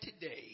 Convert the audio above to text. today